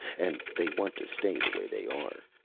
and they want to stay the way they are.